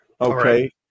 Okay